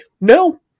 no